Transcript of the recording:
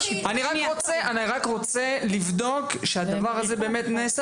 אני רק רוצה לבדוק שהדבר הזה באמת נעשה